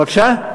בבקשה?